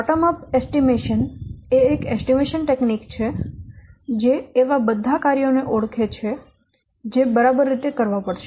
bottom up અંદાજ એ એક અંદાજ તકનીક છે જે એવા બધા કાર્યો ને ઓળખે છે જે બરાબર રીતે કરવા પડશે